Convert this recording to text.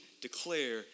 declare